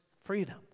freedom